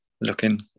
looking